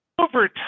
Over